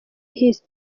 ihise